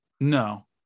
No